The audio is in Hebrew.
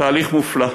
תהליך מופלא.